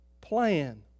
plan